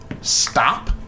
stop